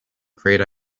great